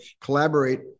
collaborate